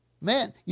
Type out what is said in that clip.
Man